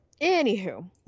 Anywho